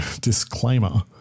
disclaimer –